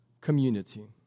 community